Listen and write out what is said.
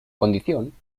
condición